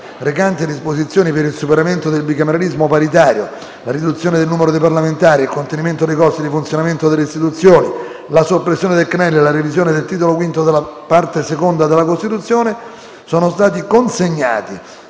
recante «Disposizioni per il superamento del bicameralismo paritario, la riduzione del numero dei parlamentari, il contenimento dei costi di funzionamento delle istituzioni, la soppressione del CNEL e la revisione del Titolo V della parte II della Costituzione», sono stati consegnati,